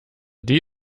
die